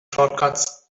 shortcuts